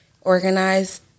organize